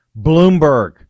Bloomberg